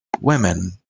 women